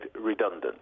redundant